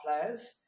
players